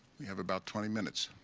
we have about twenty minutes.